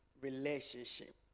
relationship